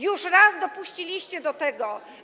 Już raz dopuściliście do tego.